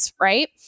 right